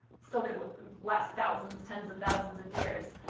still could last thousands, tens of thousands of years.